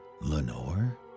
Lenore